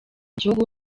gihugu